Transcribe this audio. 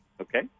Okay